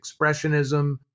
expressionism